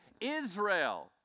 Israel